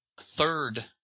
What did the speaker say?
third